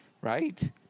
right